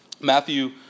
Matthew